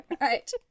Right